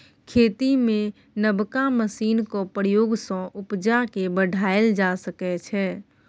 खेती मे नबका मशीनक प्रयोग सँ उपजा केँ बढ़ाएल जा सकै छै